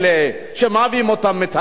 יש כאלה שמביאים מרומניה,